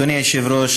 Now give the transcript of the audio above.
אדוני היושב-ראש,